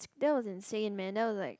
that was insane man that was like